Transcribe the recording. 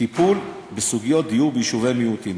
טיפול בסוגיות דיור ביישובי מיעוטים,